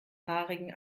haarigen